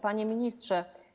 Panie Ministrze!